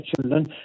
children